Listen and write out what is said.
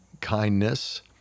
kindness